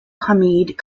hamid